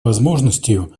возможностью